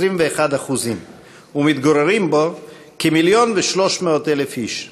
21% ומתגוררים בו כמיליון ו-300,000 איש,